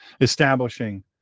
establishing